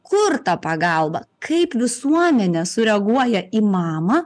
kur ta pagalba kaip visuomenė sureaguoja į mamą